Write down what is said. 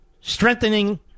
strengthening